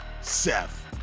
Seth